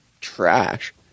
trash